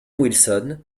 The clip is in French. wilson